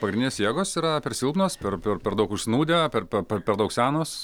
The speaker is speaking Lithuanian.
pagrindinės jėgos yra per silpnos per per per daug užsnūdę per per per per daug senos